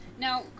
Now